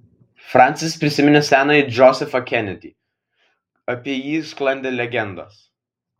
fransis prisiminė senąjį džozefą kenedį apie jį sklandė legendos